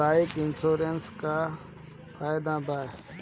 Bike insurance से का फायदा बा?